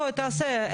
בוא, תעשה.